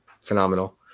Phenomenal